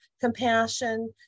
compassion